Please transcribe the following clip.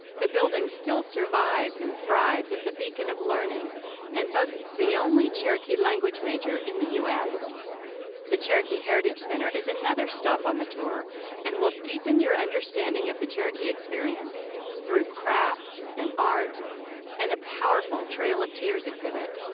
the building still survives and thrives as a beacon of learning and boasts the only cherokee language major in the u s. the cherokee heritage center is another stop on the tour and will deepen your understanding of the cherokee experience through crafts and art and a powerful trail of tears exhibit.